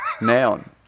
Noun